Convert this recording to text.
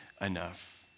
enough